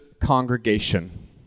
Congregation